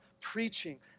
preaching